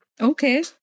Okay